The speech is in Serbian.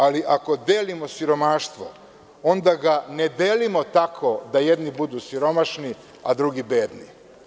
Ali, ako delimo siromaštvo, onda ga ne delimo tako da jedni budu siromašni, a drugi bedni.